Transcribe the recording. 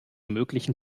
möglichen